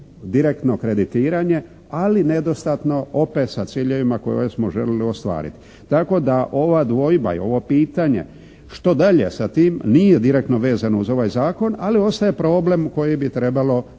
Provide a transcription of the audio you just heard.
direktno kreditiranje ali nedostatno opet sa ciljevima koje smo željeli ostvariti. Tako da ova dvojba i ovo pitanje što dalje sa tim nije direktno vezano uz ovaj zakon, ali ostaje problem koji bi trebalo